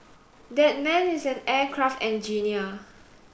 that man is an aircraft engineer